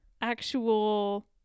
actual